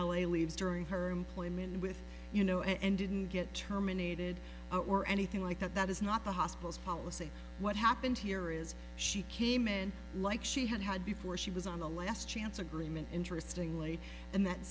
a leaves during her employment with you know and didn't get terminated or anything like that that is not the hospital's policy what happened here is she came in like she had had before she was on the last chance agreement interesting late and that